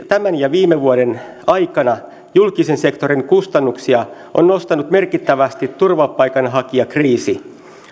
tämän ja viime vuoden aikana julkisen sektorin kustannuksia on nostanut merkittävästi turvapaikanhakijakriisi